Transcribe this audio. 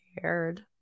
cared